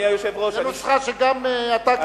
זאת נוסחה שגם אתה כשר אוצר היית,